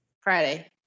Friday